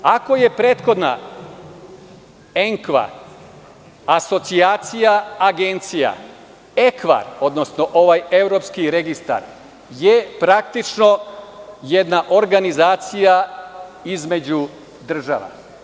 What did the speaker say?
Ako je prethodna ENKVA asocijacija Agencija, EKVA, odnosno ovaj evropski registar je praktično jedna organizacija između država.